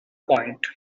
point